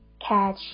Catch